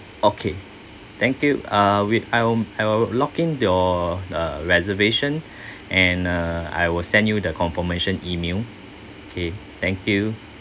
okay thank you uh wait I will I will locking your uh reservation and uh I will send you the confirmation email okay thank you